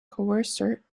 coarser